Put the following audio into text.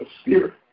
spirit